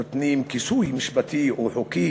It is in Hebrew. נותנים כיסוי משפטי או חוקי